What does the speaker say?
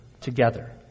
together